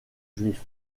juif